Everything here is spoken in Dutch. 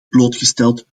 blootgesteld